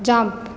jump